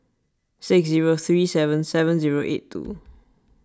six zero three seven seven zero eight two